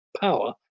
power